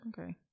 Okay